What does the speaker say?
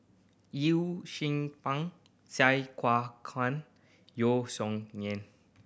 Yew Pun Sai Kua Kuan Yeo Song Nian